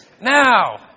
now